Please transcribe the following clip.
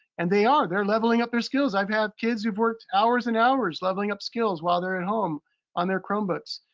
and they are, they're leveling up their skills. i've had kids who've worked hours and hours leveling up skills while they're at home on their chromebooks,